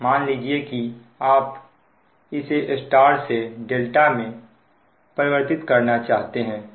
मान लीजिए कि आप इसे Y से ∆ में परिवर्तित करना चाहते हैं